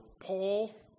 Paul